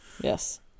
Yes